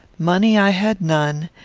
money i had none,